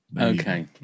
Okay